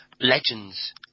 legends